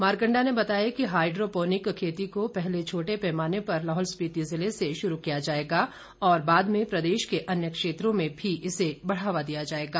मार्कण्डा ने बताया कि हाईड्रोपोनिक खेती को पहले छोटे पैमाने पर लाहौल स्पिति जिले से शुरू किया जाएगा और बाद में प्रदेश के अन्य क्षेत्रों में भी इसे बढ़ावा दिया जाएगा